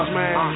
man